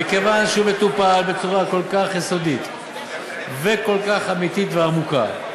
מכיוון שהוא מטופל בצורה כל כך יסודית וכל כך אמיתית ועמוקה,